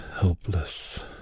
helpless